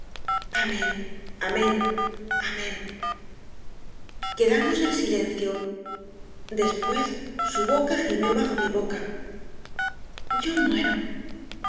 amén amén amén quedamos en silencio después su boca gi mió bajo mi boca yo muero su